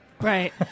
Right